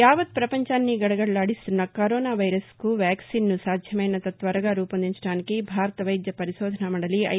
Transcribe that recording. యావత్ ప్రపంచాన్ని గదగదలాడిస్తున్న కరోనా వైరస్ కు వ్యాక్సిన్ ను సాధ్యమైనంత త్వరగా రూపొందించడానికి భారత వైద్య పరిశోధనా మండలి ఐ